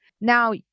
Now